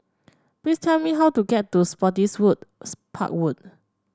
please tell me how to get to Spottiswoode's Road Park Road